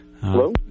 Hello